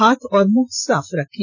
हाथ और मुंह साफ रखें